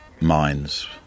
minds